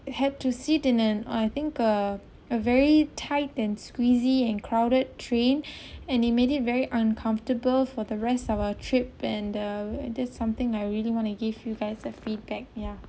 have to sit in an I think a a very tight and squeezed and crowded train and it made it very uncomfortable for the rest of our trip and the that's something I really want to give you guys a feedback yeah